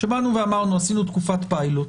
עשינו תקופת פיילוט,